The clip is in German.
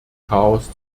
chaos